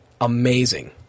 Amazing